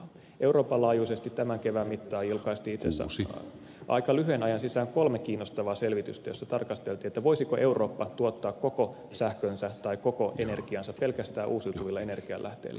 euroopan laajuisesti tämän kevään mittaan julkaistiin itse asiassa aika lyhyen ajan sisään kolme kiinnostavaa selvitystä joissa tarkasteltiin voisiko eurooppa tuottaa koko sähkönsä tai koko energiansa pelkästään uusiutuvilla energialähteillä